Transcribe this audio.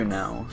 now